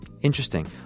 interesting